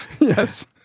yes